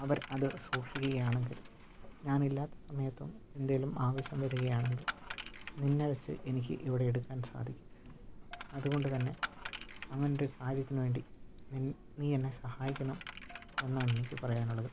അവർ അത് സൂക്ഷിക്കുകയാണെങ്കിൽ ഞാനില്ലാത്ത സമയത്തും എന്തെങ്കിലും ആവശ്യം വരികയാണെങ്കിൽ നിന്നെ വെച്ച് എനിക്ക് ഇവിടെ എടുക്കാൻ സാധിക്കും അതുകൊണ്ട് തന്നെ അങ്ങനെയൊരു കാര്യത്തിന് വേണ്ടി നീ നീ എന്നെ സഹായിക്കണം എന്നാണ് എനിക്ക് പറയാനുള്ളത്